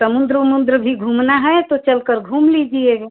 समुन्द्र ओमुन्द्र भी घूमना है तो चलकर घूम लीजिएगा